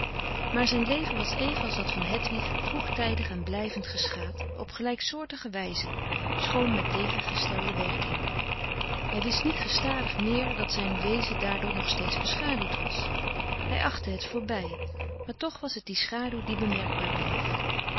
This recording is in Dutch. maar zijn leven was even als dat van hedwig vroegtijdig en blijvend geschaad op gelijksoortige wijze schoon met tegengestelde werking hij wist niet gestadig meer dat zijn wezen daardoor nog steeds beschaduwd was hij achtte het voorbij maar toch was het die schaduw die bemerkbaar bleef